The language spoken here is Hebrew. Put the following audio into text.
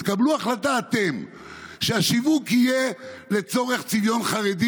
תקבלו החלטה שהשיווק יהיה לצורך צביון חרדי,